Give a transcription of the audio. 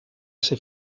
ser